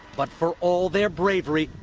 but for all their bravery,